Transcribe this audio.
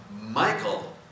michael